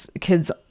kids